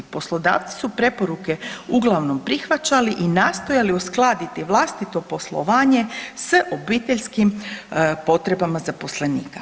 Poslodavci su preporuke uglavnom prihvaćali i nastojali uskladiti vlastito poslovanje s obiteljskim potrebama zaposlenika.